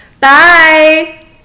Bye